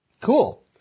Cool